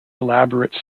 elaborate